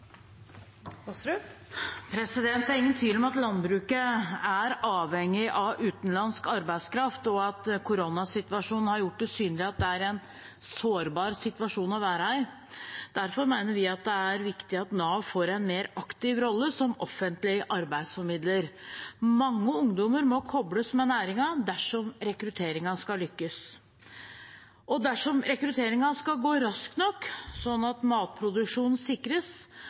arbeidet. Det er ingen tvil om at landbruket er avhengig av utenlandsk arbeidskraft, og at koronasituasjonen har gjort det synlig at det er en sårbar situasjon å være i. Derfor mener vi det er viktig at Nav får en mer aktiv rolle som offentlig arbeidsformidler. Mange ungdommer må kobles sammen med næringen dersom rekrutteringen skal lykkes. Dersom rekrutteringen skal gå raskt nok, sånn at matproduksjonen sikres